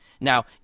Now